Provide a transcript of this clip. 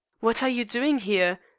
what are you doing here?